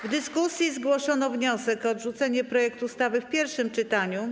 W dyskusji zgłoszono wniosek o odrzucenie projektu ustawy w pierwszym czytaniu.